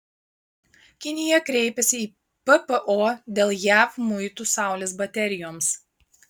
kinija kreipėsi į ppo dėl jav muitų saulės baterijoms